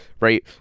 right